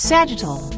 Sagittal